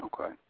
Okay